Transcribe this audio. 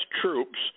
troops